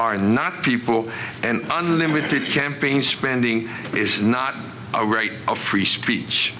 are not people and unlimited campaign spending is not a right of free speech